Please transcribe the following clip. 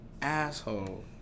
Asshole